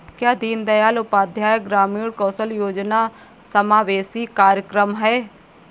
क्या दीनदयाल उपाध्याय ग्रामीण कौशल योजना समावेशी कार्यक्रम है?